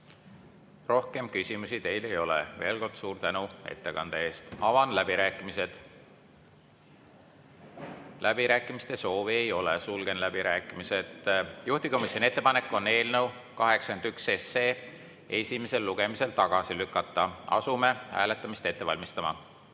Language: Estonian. Rohkem küsimusi teile ei ole. Veel kord suur tänu ettekande eest! Avan läbirääkimised. Läbirääkimiste soovi ei ole, sulgen läbirääkimised. Juhtivkomisjoni ettepanek on eelnõu 81 esimesel lugemisel tagasi lükata. Asume hääletamist ette valmistama. Head